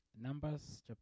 Numbers